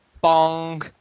Bong